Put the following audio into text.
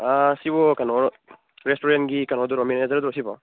ꯁꯤꯕꯨ ꯀꯩꯅꯣ ꯔꯦꯁꯇꯨꯔꯦꯟꯒꯤ ꯀꯩꯅꯣꯗꯨꯔꯣ ꯃꯦꯅꯦꯖꯔꯗꯨꯔꯣ ꯁꯤꯕꯣ